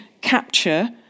capture